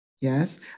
yes